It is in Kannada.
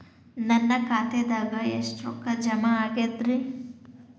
ನನ್ನ ಖಾತೆದಾಗ ಎಷ್ಟ ರೊಕ್ಕಾ ಜಮಾ ಆಗೇದ್ರಿ?